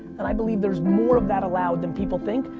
and i believe there's more of that allowed than people think,